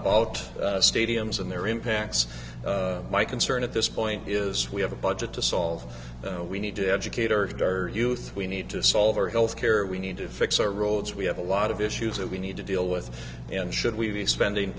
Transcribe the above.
about stadiums and their impacts my concern at this point is we have a budget to solve we need to educate urged our youth we need to solve our health care we need to fix our roads we have a lot of issues that we need to deal with and should we be spending